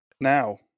now